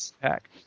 pack